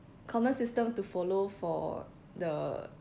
common system to follow for the